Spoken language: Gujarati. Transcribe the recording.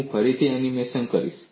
હું ફરી એનિમેશન કરીશ